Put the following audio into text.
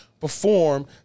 perform